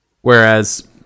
Whereas